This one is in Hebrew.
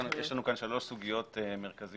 יש לנו כאן שלוש סוגיות מרכזיות,